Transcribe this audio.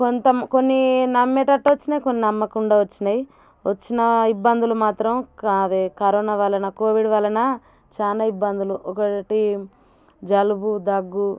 కొంత కొన్ని నమ్మేటట్టు వచ్చాయి కొన్ని నమ్మకుండా వచ్చాయి వచ్చినా ఇబ్బందులు మాత్రం క అదే కరోనా వలన కోవిడ్ వలన చాలా ఇబ్బందులు ఒకటి జలుబు దగ్గు